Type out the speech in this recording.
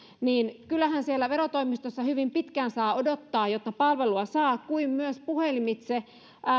mutta kyllähän siellä verotoimistossa hyvin pitkään saa odottaa jotta palvelua saa kuin myös puhelimitse ja